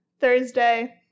Thursday